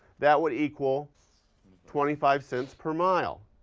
that would equal twenty five cents per mile,